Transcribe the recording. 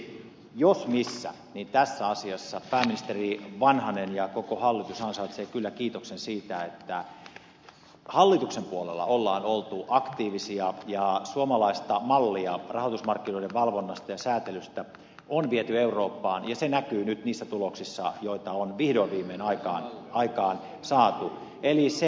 siksi jos missä niin tässä asiassa pääministeri vanhanen ja koko hallitus ansaitsevat kyllä kiitoksen siitä että hallituksen puolella on oltu aktiivisia ja suomalaista mallia rahoitusmarkkinoiden valvonnasta ja säätelystä on viety eurooppaan ja se näkyy nyt niissä tuloksissa joita on vihdoin viimein aikaansaatu